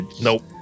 nope